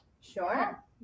Sure